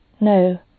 No